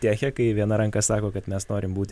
teche kai viena ranka sako kad mes norim būti